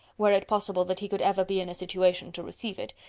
were it possible that he could ever be in a situation to receive it,